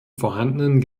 vorhandenen